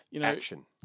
action